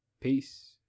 peace